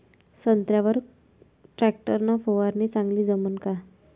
संत्र्यावर वर टॅक्टर न फवारनी चांगली जमन का?